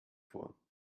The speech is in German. vor